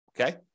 Okay